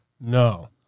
No